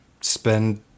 spend